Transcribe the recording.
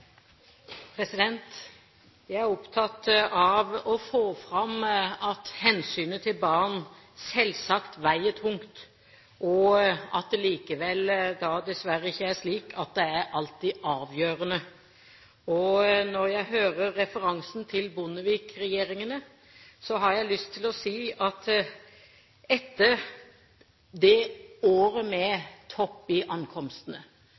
Jeg er opptatt av å få fram at hensynet til barn selvsagt veier tungt, men at det likevel dessverre ikke er slik at det alltid er avgjørende. Når jeg hører referansen til Bondevik-regjeringene, har jeg lyst til å si at etter året med topp i